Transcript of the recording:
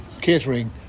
catering